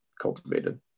cultivated